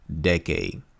decade